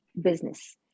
business